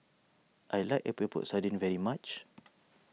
I like Epok Epok Sardin very much